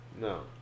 No